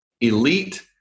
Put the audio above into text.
elite